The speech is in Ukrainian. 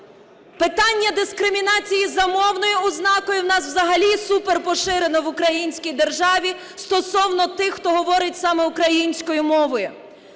Питання дискримінації за мовною ознакою у нас взагалі суперпоширено в Українській державі стосовно тих, хто говорить саме українською мовою.